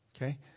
Okay